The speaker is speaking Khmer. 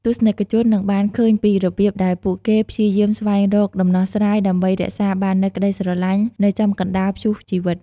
ទស្សនិកជននឹងបានឃើញពីរបៀបដែលពួកគេព្យាយាមស្វែងរកដំណោះស្រាយ ដើម្បីរក្សាបាននូវក្តីស្រឡាញ់នៅចំកណ្តាលព្យុះជីវិត។